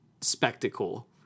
spectacle